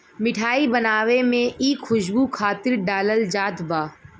मिठाई बनावे में इ खुशबू खातिर डालल जात बा